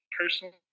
Personally